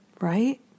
Right